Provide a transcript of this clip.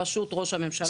בראשות ראש הממשלה.